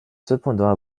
cependant